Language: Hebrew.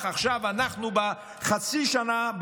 עכשיו אנחנו בחצי השנה,